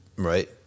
right